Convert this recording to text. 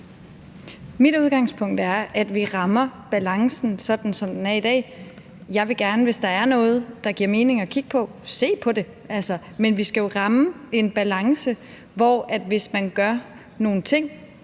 Mit udgangspunkt er, at vi rammer balancen, sådan som den er i dag. Jeg vil gerne, hvis der er noget, der giver mening at kigge på, se på det, men vi skal ramme en balance, sådan at hvis man gør nogle ting,